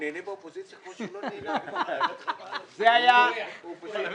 הוא נהנה באופוזיציה כמו שהוא לא נהנה אף פעם.